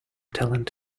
talent